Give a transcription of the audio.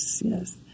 yes